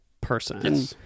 person